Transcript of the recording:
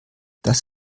das